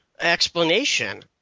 explanation